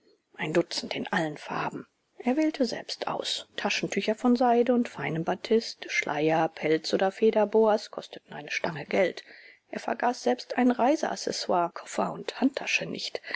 ein dutzend in allen farben er wählte selbst aus taschentücher von seide und feinem batist schleier pelz oder federboas kosteten eine stange geld er vergaß selbst ein reisenecessaire koffer und handtasche nicht